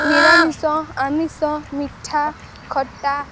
ନିରାମିଷ ଆମିଷ ମିଠା ଖଟା